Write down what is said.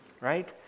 right